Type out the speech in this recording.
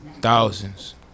Thousands